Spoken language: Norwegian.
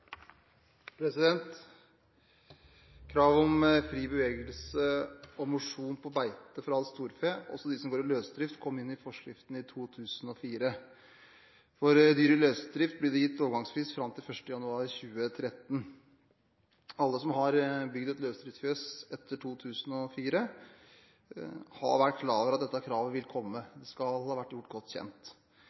om fri bevegelse og mosjon på beite for all storfe – også de som går i løsdrift – kom inn i forskriften i 2004. For dyr i løsdrift ble det gitt overgangsfrist fram til 1. januar 2013. Alle som har bygd et løsdriftsfjøs etter 2004, har vært klar over at dette kravet ville komme. Det skal ha vært gjort godt kjent.